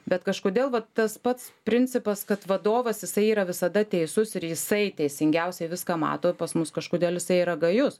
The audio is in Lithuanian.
bet kažkodėl vat tas pats principas kad vadovas jisai yra visada teisus ir jisai teisingiausiai viską mato pas mus kažkodėl jisai yra gajus